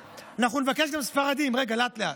אנחנו נבקש גם ספרדים, רגע, לאט, לאט.